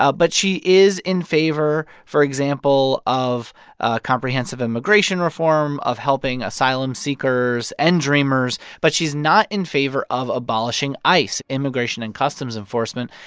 ah but she is in favor, for example, of comprehensive immigration reform, of helping asylum-seekers and dreamers. but she's not in favor of abolishing ice, immigration and customs enforcement,